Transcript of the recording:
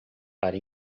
para